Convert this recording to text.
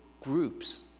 groups